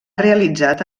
realitzat